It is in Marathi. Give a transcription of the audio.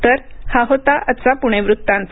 तर हा होता आजचा पुणे वृत्तांत